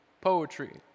Poetry